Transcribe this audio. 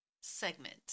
segment